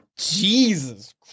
Jesus